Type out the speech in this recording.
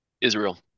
Israel